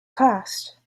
cost